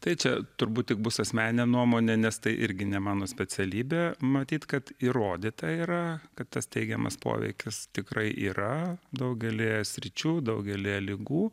tai čia turbūt tik bus asmeninė nuomonė nes tai irgi ne mano specialybė matyt kad įrodyta yra kad tas teigiamas poveikis tikrai yra daugelyje sričių daugelyje ligų